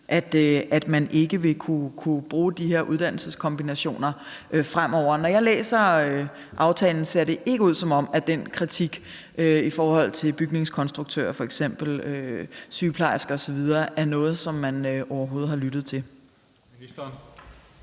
ikke vil kunne bruges fremover? Når jeg læser aftalen, ser det for mig ikke ud, som om den kritik i forhold til f.eks. bygningskonstruktører, sygeplejersker osv. er noget, som man overhovedet har lyttet til.